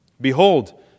Behold